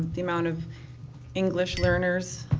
the amount of english learners